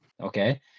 Okay